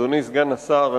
אדוני סגן השר,